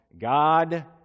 God